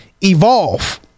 evolve